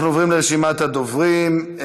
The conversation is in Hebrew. אנחנו עוברים לרשימת הדוברים.